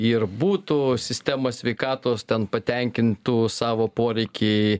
ir būtų sistema sveikatos tan patenkintų savo poreikį